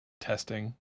testing